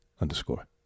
underscore